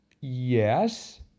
Yes